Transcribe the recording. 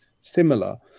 similar